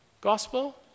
gospel